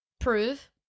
Prove